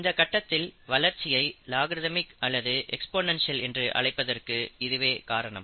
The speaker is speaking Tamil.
இந்த கட்டத்தில் வளர்ச்சியை லாகரிதிமிக் அல்லது எக்ஸ்போனென்ஷியல் என்று அழைப்பதற்கு இதுவே காரணம்